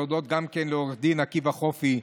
להודות גם לעו"ד עקיבא חופי,